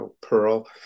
Pearl